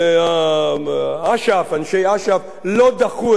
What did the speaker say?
שאנשי אש"ף לא דחו את הצעותיו,